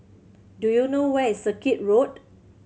do you know where is Circuit Road